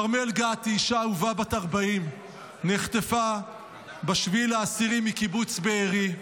כרמל גת היא אישה אהובה בת 40. נחטפה ב-7 באוקטובר מקיבוץ בארי,